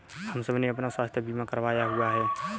हम सबने अपना स्वास्थ्य बीमा करवाया हुआ है